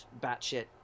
batshit